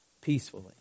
Peacefully